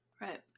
Right